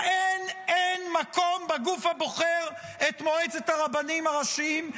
להן אין מקום בגוף הבוחר את מועצת הרבנים הראשיים,